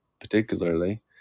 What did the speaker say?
particularly